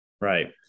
Right